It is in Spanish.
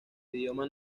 idioma